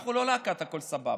אנחנו לא להקת הכול סבבה.